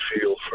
feel